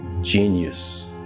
genius